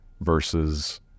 versus